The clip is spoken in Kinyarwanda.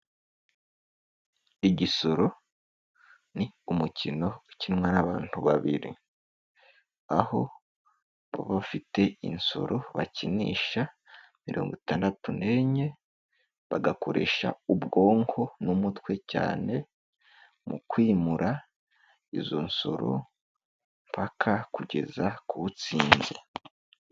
Igisoro ni umukino ukinwa n'abantu babiri, aho baba bafite insoro bakinisha mirongo itandatu n'enye, bagakoresha ubwonko n'umutwe cyane mu kwimura izo nsoro mpaka kugeza ku utsinze